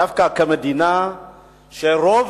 דווקא כמדינה שרוב